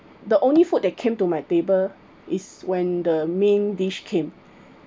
the only food that came to my table is when the main dish came